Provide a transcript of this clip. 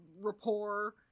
rapport